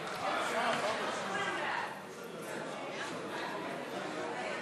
רפורמה בתקופת הלידה וההורות (תיקוני חקיקה),